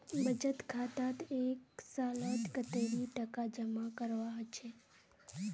बचत खातात एक सालोत कतेरी टका जमा करवा होचए?